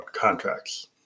contracts